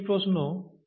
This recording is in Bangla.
বায়োরিয়্যাক্টর কী